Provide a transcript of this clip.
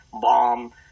bomb